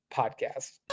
podcast